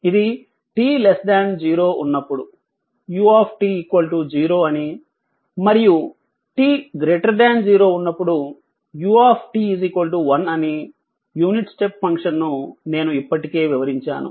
ఇది t 0 ఉన్నప్పుడు u 0 అని మరియు t 0 ఉన్నప్పుడు u 1 అని యూనిట్ స్టెప్ ఫంక్షన్ ను నేను ఇప్పటికే వివరించాను